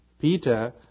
Peter